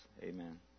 Amen